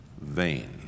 vain